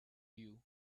you